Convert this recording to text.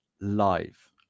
live